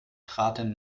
traten